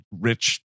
rich